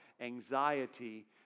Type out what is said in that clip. anxiety